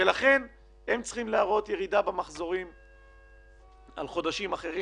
ולכן הם צריכים להראות ירידה במחזורים על חודשים אחרים,